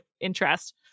interest